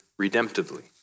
redemptively